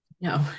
No